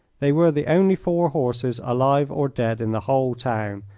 they were the only four horses, alive or dead, in the whole town,